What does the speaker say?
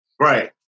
Right